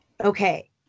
okay